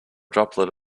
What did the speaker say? droplet